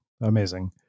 Amazing